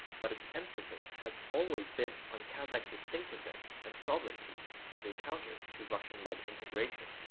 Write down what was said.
but its emphasis has always been on kazakh distinctiveness and sovereignty as a counter to russian-led integration.